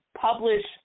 publish